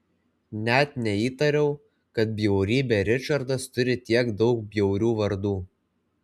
net neįtariau kad bjaurybė ričardas turi tiek daug bjaurių vardų